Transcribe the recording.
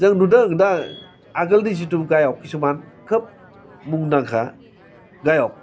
जों नुदों दा आगोलनि जिथु गायक खिसुमान खोब मुंदांखा गायक